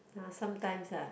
uh sometimes ah